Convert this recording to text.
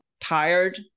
tired